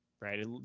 right